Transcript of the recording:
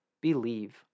believe